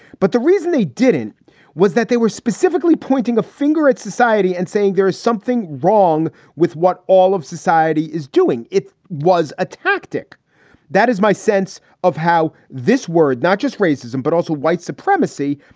but the reason they didn't was that they were specifically pointing a finger at society and saying there is something wrong with what all of society is doing. it was a tactic that is my sense of how this word, not just racism, but also white supremacy,